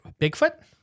Bigfoot